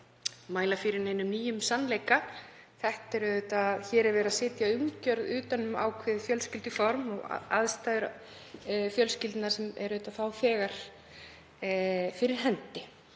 hér fyrir neinum nýjum sannleika. Hér er verið að setja umgjörð utan um ákveðið fjölskylduform, aðstæður fjölskyldna sem eru auðvitað þegar fyrir hendi.